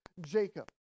Jacob